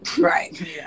right